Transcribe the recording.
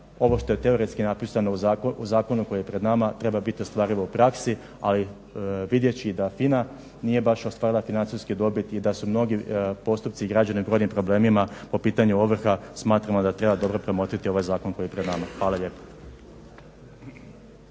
ovo što je teoretski napisano u zakonu koji je pred nama treba biti ostvarivo u praksi. Ali vidjevši da FINA nije baš ostvarila financijske dobiti i da su mnogi postupci i građani u gorim problemima po pitanju ovrha smatramo da treba dobro promotriti ovaj zakon koji je pred nama. Hvala lijepa.